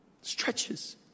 Stretches